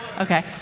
Okay